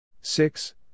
Six